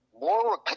more